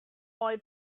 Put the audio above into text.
boy